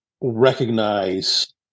recognize